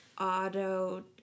auto